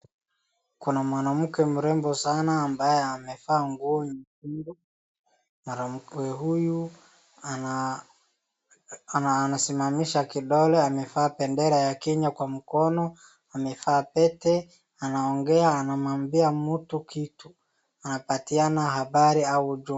Kuna mwanamke mrembo sana ambaye amevaa nguo nyekundu, mwanamke huyu anasimamaisha kidole, amevaa bendera ya kenya kwa mkono, amevaa pete, anaongea ,anamwambia mtu kitu. Anapatiana habari au ujumbe.